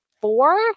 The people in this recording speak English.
four